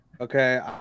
Okay